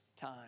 time